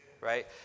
right